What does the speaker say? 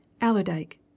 Allerdyke